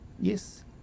Yes